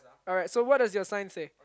alright so what does your sign say